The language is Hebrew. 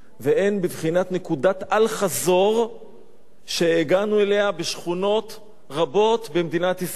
והן בבחינת נקודת אל-חזור שהגענו אליה בשכונות רבות במדינת ישראל,